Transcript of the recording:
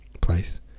place